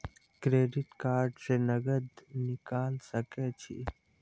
Credit card से नगद निकाल सके छी?